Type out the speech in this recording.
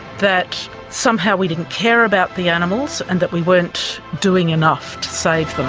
that somehow we didn't care about the animals and that we weren't doing enough to save them.